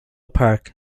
park